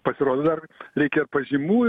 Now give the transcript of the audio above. pasirodo dar reikia ir pažymų